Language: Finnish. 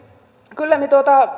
kyllä